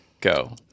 go